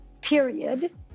period